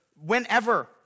whenever